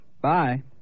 Bye